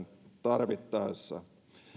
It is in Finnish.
tarvittaessa